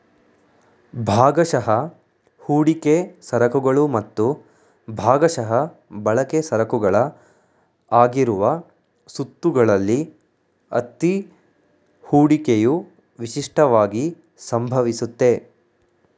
ಭಾಗಶಃ ಹೂಡಿಕೆ ಸರಕುಗಳು ಮತ್ತು ಭಾಗಶಃ ಬಳಕೆ ಸರಕುಗಳ ಆಗಿರುವ ಸುತ್ತುಗಳಲ್ಲಿ ಅತ್ತಿ ಹೂಡಿಕೆಯು ವಿಶಿಷ್ಟವಾಗಿ ಸಂಭವಿಸುತ್ತೆ